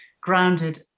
grounded